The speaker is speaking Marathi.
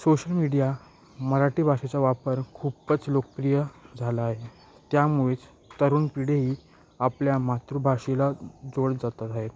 सोशल मीडिया मराठी भाषेचा वापर खूपच लोकप्रिय झाला आहे त्यामुळेच तरुण पिढीही आपल्या मातृभाषेला जोड जातात आहेत